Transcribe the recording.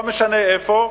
לא משנה איפה,